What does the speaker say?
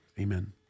Amen